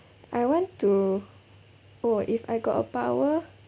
I want to oh if I got a power